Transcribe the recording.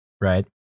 right